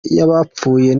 y’abapfuye